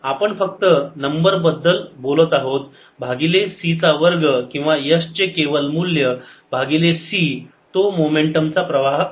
आपण फक्त नंबर बद्दल बोलत आहोत भागिले c चा वर्ग किंवा S चे केवल मूल्य भागिले c तो मोमेंटमचा प्रवाह आहे